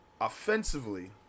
Offensively